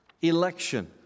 Election